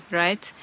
right